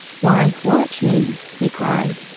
why, watch me, he cried,